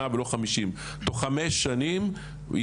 יכול להיות באמת רק ההצלחה של עידן הנגב של